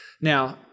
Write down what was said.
Now